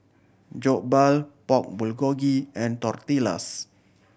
Jokbal Pork Bulgogi and Tortillas